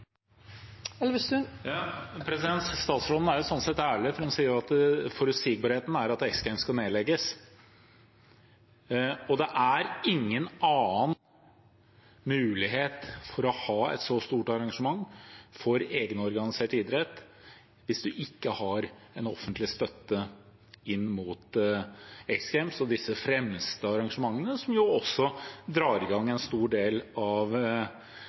sånn sett ærlig, for hun sier at forutsigbarheten er at X Games skal nedlegges. Det er ingen annen mulighet for å ha et så stort arrangement for egenorganisert idrett hvis man ikke har en offentlig støtte inn mot X Games og disse fremste arrangementene, som jo også drar i gang en stor del av